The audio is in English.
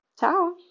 Ciao